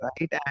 right